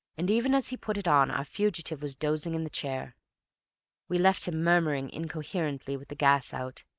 and even as he put it on our fugitive was dozing in the chair we left him murmuring incoherently, with the gas out,